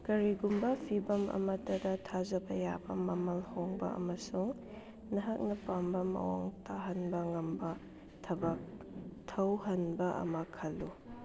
ꯀꯔꯤꯒꯨꯝꯕ ꯐꯤꯚꯝ ꯑꯃꯠꯇꯗ ꯊꯥꯖꯕ ꯌꯥꯕ ꯃꯃꯜ ꯍꯣꯡꯕ ꯑꯃꯁꯨꯡ ꯅꯍꯥꯛꯅ ꯄꯥꯝꯕ ꯃꯑꯣꯡ ꯇꯥꯍꯟꯕ ꯉꯝꯕ ꯊꯕꯛ ꯊꯧ ꯍꯟꯕ ꯑꯃ ꯈꯜꯂꯨ